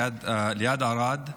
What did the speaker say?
ליד ערד,